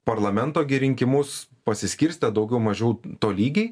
parlamento rinkimus pasiskirstę daugiau mažiau tolygiai